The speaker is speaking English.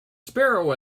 sparrow